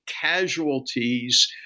casualties